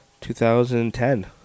2010